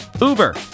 Uber